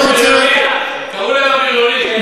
קראו להם הבריונים.